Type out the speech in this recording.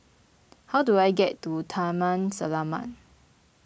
how do I get to Taman Selamat